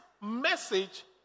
message